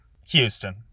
houston